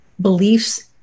beliefs